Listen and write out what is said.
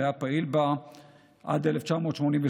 והיה פעיל בה עד 1988,